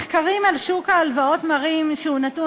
מחקרים על שוק ההלוואות מראים שהוא נתון